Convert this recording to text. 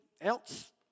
else